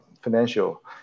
financial